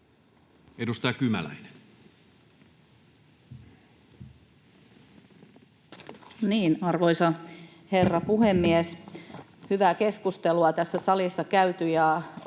Edustaja Kymäläinen. Arvoisa herra puhemies! Hyvää keskustelua on tässä salissa käyty, ja tuo